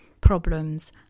problems